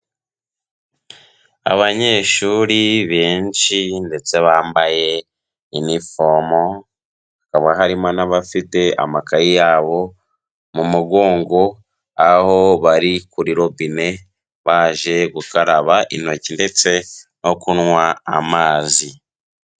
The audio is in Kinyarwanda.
Abanyeshuri benshi ndetse bambaye inifomo, hakaba harimo n'abafite amakaye yabo mu mugongo, aho bari kuri robine, baje gukaraba intoki ndetse no kunywa amazi.